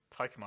Pokemon